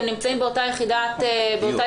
הם נמצאים באותה יחידת מגורים?